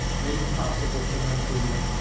made it possible for them to win.